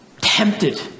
tempted